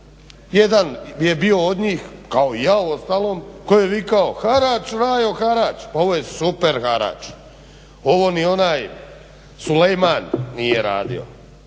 jedan je bio od njih kao i ja uostalom koji je vikao harač rajo, harač. Pa ovo je super harač! Ovo vam ni onaj Sulejman nije radio.